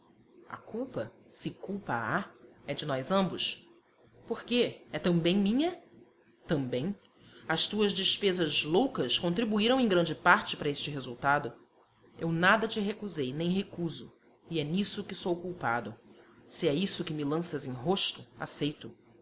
culpa se culpa há é de nós ambos por quê é também minha também as tuas despesas loucas contribuíram em grande parte para este resultado eu nada te recusei nem recuso e é nisso que sou culpado se é isso que me lanças em rosto aceito